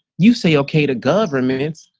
you say okay, to governments,